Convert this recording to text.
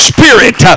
Spirit